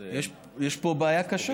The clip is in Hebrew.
יש פה בעיה קשה.